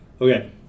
Okay